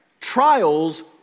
trials